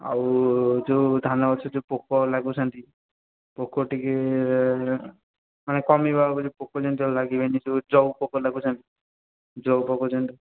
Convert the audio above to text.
ଆଉ ଯେଉଁ ଧାନ ଗଛ ଯେଉଁ ପୋକ ଲାଗୁଛନ୍ତି ପୋକ ଟିକିଏ ମାନେ କମିବ ଆଉ ବୋଲି ପୋକ ଯେମିତି ଆଉ ଲାଗିବେନି ଯେଉଁ ପୋକ ଲାଗୁଛନ୍ତି ଜଉ ପୋକ ଯେମିତି